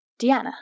Deanna